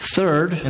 third